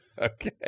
Okay